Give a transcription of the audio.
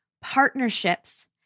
partnerships